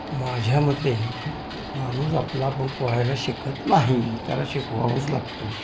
माझ्या मते माणूस आपला आपण पोहायला शिकत नाही त्याला शिकवावंच लागतं